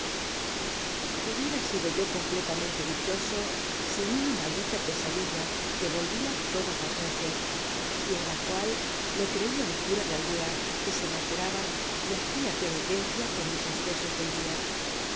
hubiera sido yo completa mea te dichoso sia una maldita pesadilla que volvía tocias las aoches y ea la cual me creía un cura de aldea que se maceraba y hacía peniteacia por mis excesos del día